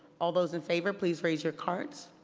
all those in favor, please raise your cards.